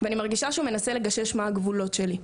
ואני מרגישה שהוא מנסה לגשש מה הגבולות שלי.